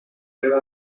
era